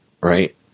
Right